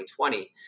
2020